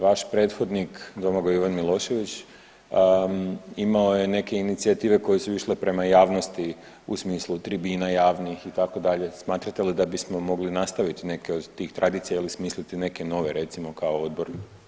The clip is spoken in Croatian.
Vaš prethodnik Domagoj Ivan Milošević imao je neke inicijative koje su išle prema javnosti u smislu tribina javnih itd., smatrate li da bismo mogli nastaviti neke od tih tradicija ili smisliti neke nove recimo kao odbor?